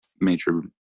major